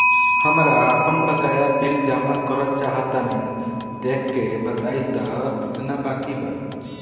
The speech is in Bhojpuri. हमरा आपन बाकया बिल जमा करल चाह तनि देखऽ के बा ताई केतना बाकि बा?